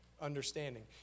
understanding